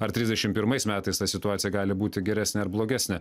ar trisdešim pirmais metais ta situacija gali būti geresnė ar blogesnė